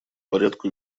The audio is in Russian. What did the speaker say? порядку